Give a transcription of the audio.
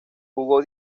jugó